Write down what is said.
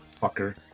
Fucker